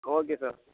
okay sir